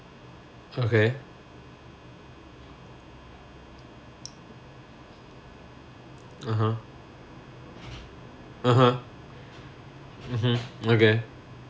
okay (uh huh) (uh huh) mmhmm okay